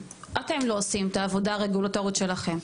אתם לא עושים את העבודה הרגולטורית שלכם,